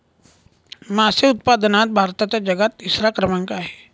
मासे उत्पादनात भारताचा जगात तिसरा क्रमांक आहे